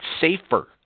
safer